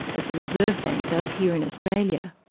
as the reserve bank does here in australia.